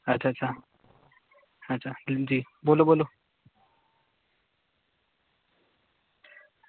अच्छा अच्छा फिर ठीक बोल्लो बोल्लो